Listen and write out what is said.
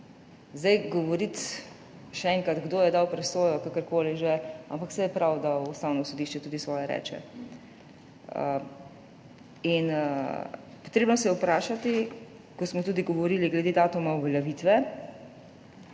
Govoriti, še enkrat, kdo je dal presojo, kakorkoli že, ampak saj je prav, da Ustavno sodišče tudi svoje reče. Potrebno se je vprašati, ker smo tudi govorili glede datuma uveljavitve,